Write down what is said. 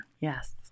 Yes